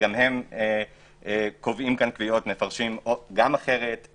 שגם הם קובעים כאן קביעות, מפרשים גם אחרת.